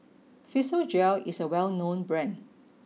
Physiogel is a well known brand